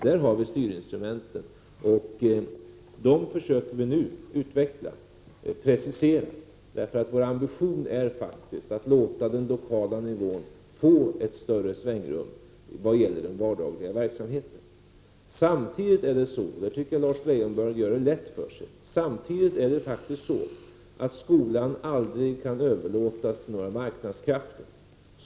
Dessa styrinstrument försöker vi nu utveckla och precisera. Vår ambition är faktiskt att låta den lokala nivån få större svängrum när det gäller den vardagliga verksamheten. Samtidigt är det så — och därvid tycker jag att Lars Leijonborg gör det lätt för sig — att skolan aldrig kan överlåtas till några marknadskrafter.